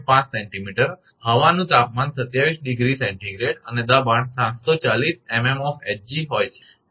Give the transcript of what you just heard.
5 𝑐𝑚 હવાનું તાપમાન 27 ° 𝐶 અને દબાણ 740 𝑚𝑚 𝑜𝑓 𝐻𝑔 હોય છે